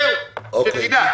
זהו, שתדע.